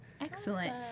Excellent